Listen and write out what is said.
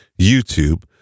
YouTube